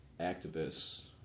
activists